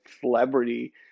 celebrity